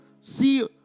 see